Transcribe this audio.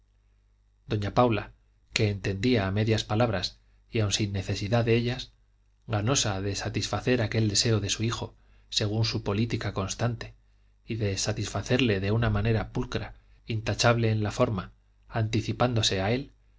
doña paula que entendía a medias palabras y aun sin necesidad de ellas ganosa de satisfacer aquel deseo de su hijo según su política constante y de satisfacerle de una manera pulcra intachable en la forma anticipándose a él